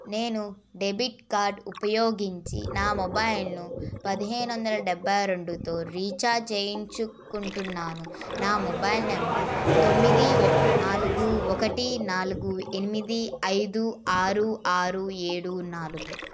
నేను debit card ఉపయోగించి నా మొబైల్ను పదిహేను వందల డెబ్బై రెండుతో రీఛార్జ్ చేయించుకుంటున్నాను నా మొబైల్ నెంబర్ తొమ్మిది నాలుగు ఒకటి నాలుగు ఎనిమిది ఐదు ఆరు ఆరు ఏడు నాలుగు